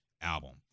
album